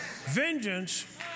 Vengeance